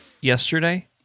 yesterday